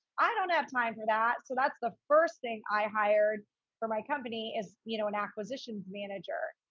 i don't have time for that. so that's the first thing i hired for my company is, you know, an acquisition manager.